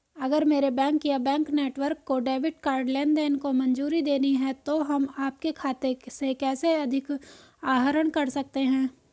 अगर मेरे बैंक या बैंक नेटवर्क को डेबिट कार्ड लेनदेन को मंजूरी देनी है तो हम आपके खाते से कैसे अधिक आहरण कर सकते हैं?